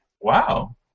wow